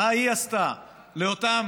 מה היא עשתה לאותם